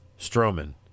Strowman